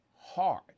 hard